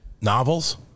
novels